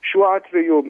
šiuo atveju